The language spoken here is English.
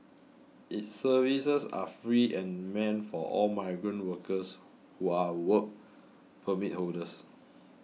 its services are free and meant for all migrant workers who are Work Permit holders